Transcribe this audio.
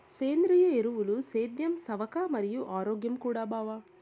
సేంద్రియ ఎరువులు సేద్యం సవక మరియు ఆరోగ్యం కూడా బావ